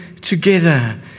together